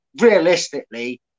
realistically